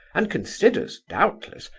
and considers, doubtless,